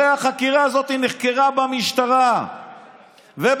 הרי החקירה הזאת נחקרה במשטרה ובפרקליטות,